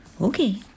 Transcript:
Okay